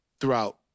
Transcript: throughout